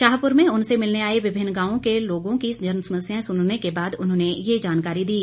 शाहपुर में उनसे मिलने आए विभिन्न गांवों के लोगों की जनसमस्याएं सुनने के बाद उन्होंने ये जानकारी दी